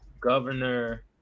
governor